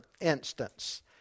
instance